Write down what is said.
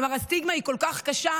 כלומר הסטיגמה היא כל כך קשה.